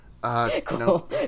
Cool